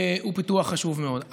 הוא פיתוח חשוב מאוד.